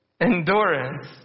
endurance